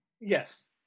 Yes